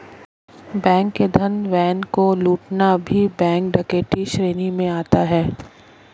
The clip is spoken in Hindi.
बैंक के धन वाहन को लूटना भी बैंक डकैती श्रेणी में आता है